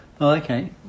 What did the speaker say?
okay